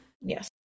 Yes